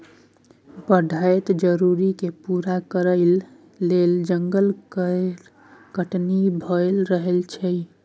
बढ़ैत जरुरत केँ पूरा करइ लेल जंगल केर कटनी भए रहल छै